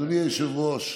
אדוני היושב-ראש,